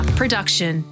production